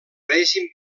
règim